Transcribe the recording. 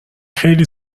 خیلی